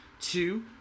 Two